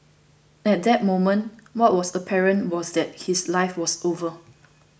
at that moment what was apparent was that his life was over